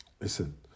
listen